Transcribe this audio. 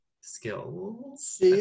skills